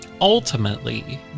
Ultimately